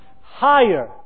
higher